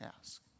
ask